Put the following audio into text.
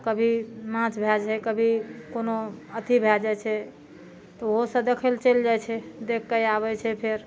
कभी नाँच भए जाइ कभी कोनो अथी भए जाइ छै तऽ ओहो सब देखै लए चलि जाइ छै देख कए आबै छै फेर